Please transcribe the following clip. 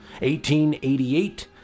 1888